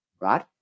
right